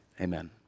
Amen